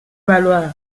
valois